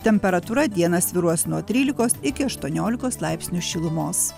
temperatūra dieną svyruos nuo trylikos iki aštuoniolikos laipsnių šilumos